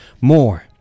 more